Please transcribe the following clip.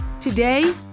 Today